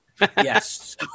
Yes